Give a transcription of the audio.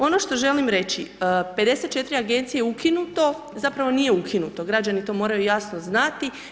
Ono što želim reći, 54 agencije je ukinuto, zapravo nije ukinuto, građani to moraju jasno znati.